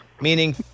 meaning